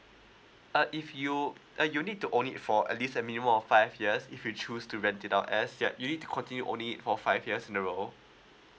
uh if you uh you need to own it for at least a minimum of five years if you choose to rent it out as yet you need to continue only for five years in general